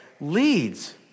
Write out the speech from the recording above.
leads